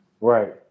right